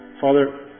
Father